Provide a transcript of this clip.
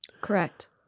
Correct